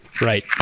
right